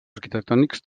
arquitectònics